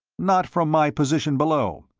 not from my position below,